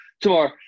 tomorrow